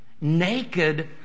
Naked